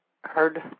heard